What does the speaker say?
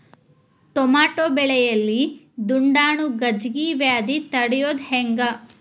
Tomato ಬೆಳೆಯಲ್ಲಿ ದುಂಡಾಣು ಗಜ್ಗಿ ವ್ಯಾಧಿ ತಡಿಯೊದ ಹೆಂಗ್?